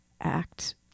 act